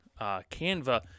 Canva